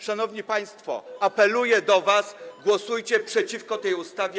Szanowni państwo, apeluję do was: głosujcie przeciwko tej ustawie.